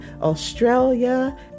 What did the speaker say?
Australia